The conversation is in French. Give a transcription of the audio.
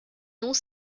noms